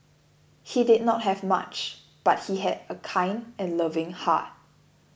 he did not have much but he had a kind and loving heart